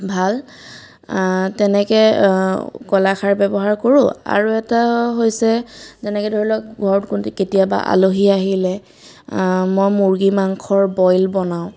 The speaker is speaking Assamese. ভাল তেনেকৈ কলাখাৰ ব্যৱহাৰ কৰোঁ আৰু এটা হৈছে যেনেকৈ ধৰি লওক ঘৰত কোনোবা কেতিয়াবা আলহী আহিলে মই মুৰ্গী মাংসৰ বইল বনাওঁ